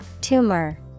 Tumor